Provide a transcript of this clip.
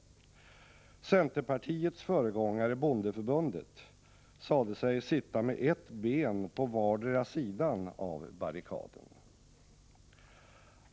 Centerpartiets föregångare, bondeförbundet, sade sig sitta med ett ben på vardera sidan av barrikaden.